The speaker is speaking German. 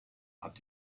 hat